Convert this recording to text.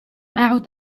أعد